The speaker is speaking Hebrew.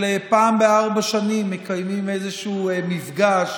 פעם בארבע שנים מקיימים איזשהו מפגש